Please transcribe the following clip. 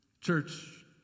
Church